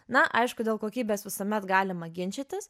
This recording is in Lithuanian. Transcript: na aišku dėl kokybės visuomet galima ginčytis